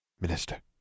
Minister